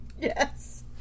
Yes